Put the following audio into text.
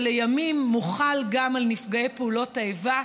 שלימים מוחל גם על נפגעי פעולות האיבה,